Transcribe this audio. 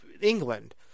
England